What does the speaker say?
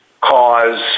cause